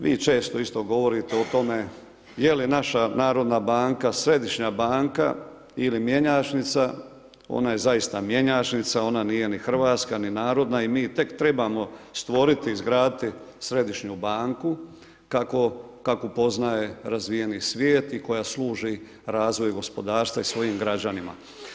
Vi često isto govorite o tome je li naša Narodna banka središnja banka ili mjenjačnica, ona je zaista mjenjačnica, ona nije ni hrvatska ni narodna i mi tek trebamo stvoriti, izgraditi središnju banku kakvu poznaje razvijeni svijet i koja služi razvoju gospodarstva i svojim građanima.